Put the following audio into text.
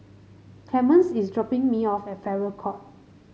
Clemence is dropping me off at Farrer Court